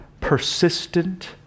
persistent